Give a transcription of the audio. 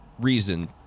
reason